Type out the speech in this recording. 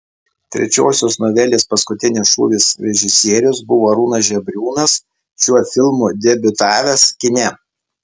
trečiosios novelės paskutinis šūvis režisierius buvo arūnas žebriūnas šiuo filmu debiutavęs kine